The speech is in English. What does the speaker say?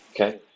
Okay